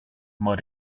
mud